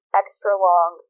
extra-long